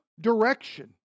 direction